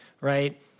right